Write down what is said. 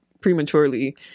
prematurely